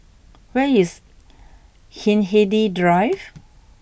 where is Hindhede Drive